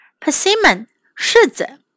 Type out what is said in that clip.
persimmon,柿子